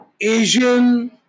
Asian